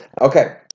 Okay